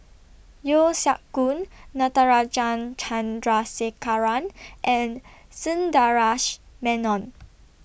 Yeo Siak Goon Natarajan Chandrasekaran and Sundaresh Menon